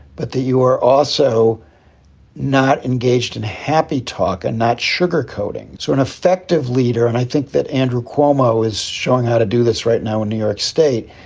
but that you are also not engaged in happy talk and not sugarcoating. so an effective leader and i think that andrew cuomo is showing how to do this right now in new york state.